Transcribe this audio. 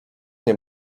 nie